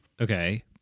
Okay